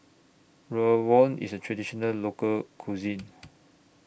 Rawon IS A Traditional Local Cuisine